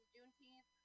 Juneteenth